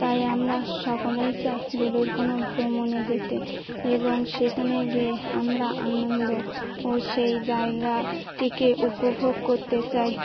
তাই আমরা সকলেই চাই দূরের কোনো ভ্রমণে যেতে এবং সেখানে গিয়ে আমরা আনন্দ ও সেই জায়গাটিকে উপভোগ করতে চাই